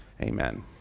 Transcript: Amen